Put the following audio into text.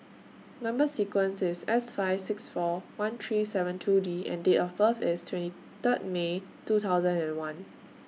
Number sequence IS S five six four one three seven two D and Date of birth IS twenty thrid May two thousand and one